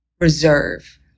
reserve